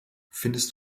findest